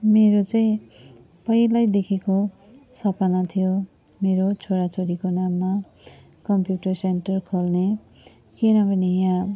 मेरो चाहिँ पहिल्यैदेखिको सपना थियो मेरो छोराछोरीको नाममा कम्प्युटर सेन्टर खोल्ने किनभने यहाँ